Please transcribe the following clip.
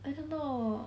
I don't know